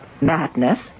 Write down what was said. madness